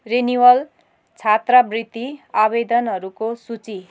renewal छात्रवृत्ति आवेदनहरूको सूची